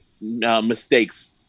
mistakes